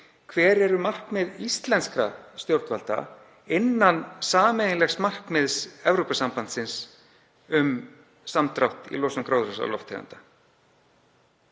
hver eru markmið íslenskra stjórnvalda innan sameiginlegs markmiðs Evrópusambandsins um samdrátt í losun gróðurhúsalofttegunda.